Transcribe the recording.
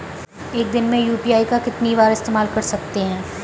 एक दिन में यू.पी.आई का कितनी बार इस्तेमाल कर सकते हैं?